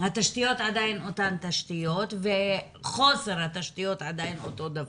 עדיין אותן תשתיות וחוסר התשתיות עדיין אותו הדבר.